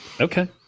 Okay